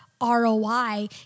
ROI